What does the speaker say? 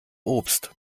obst